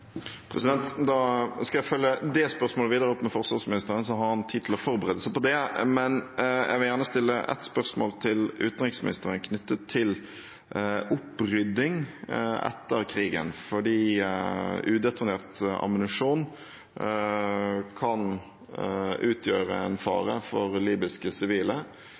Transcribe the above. operasjonen. Da skal jeg følge det spørsmålet videre opp med forsvarsministeren – så har han tid til å forberede seg på det. Jeg vil gjerne stille et spørsmål til utenriksministeren knyttet til opprydding etter krigen, for udetonert ammunisjon kan utgjøre en fare for libyske sivile.